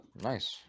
Nice